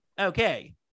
Okay